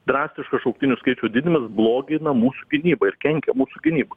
drastišką šauktinių skaičių didinant blogina mūsų gynybą ir kenkia mūsų gynybai